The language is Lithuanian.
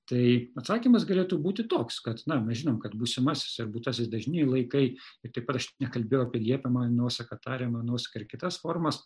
tai atsakymas galėtų būti toks kad na mes žinom kad būsimasis ar būtasis dažniniai laikai taip pat aš nekalbėjo apie liepiamąją nuosaką tariamąją nuosaką ir kitas formas